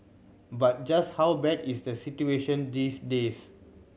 but just how bad is the situation these days